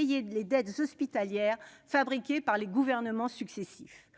ni les dettes hospitalières fabriquées par les gouvernements successifs.